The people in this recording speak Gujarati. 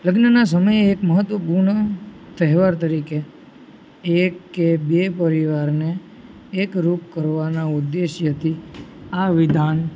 લગ્નના સમયે એક મહત્વપૂર્ણ તહેવાર તરીકે એક કે બે પરિવારને એકરૂપ કરવાના ઉદ્દેશ્યથી આ વિધાન